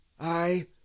I